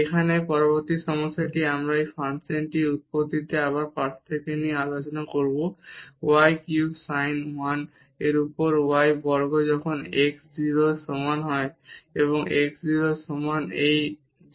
এখানে পরবর্তী সমস্যাটি আমরা এই ফাংশনের উৎপত্তিতে আবার পার্থক্য নিয়ে আলোচনা করবো y cube sin 1 উপর y বর্গ যখন x 0 এর সমান নয় এবং x 0 এর সমান এই 0